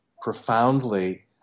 profoundly